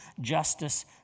justice